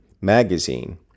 magazine